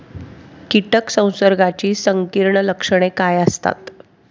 कीटक संसर्गाची संकीर्ण लक्षणे काय असतात?